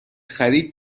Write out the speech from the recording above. خرید